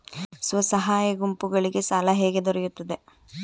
ಸ್ವಸಹಾಯ ಗುಂಪುಗಳಿಗೆ ಸಾಲ ಹೇಗೆ ದೊರೆಯುತ್ತದೆ?